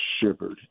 shivered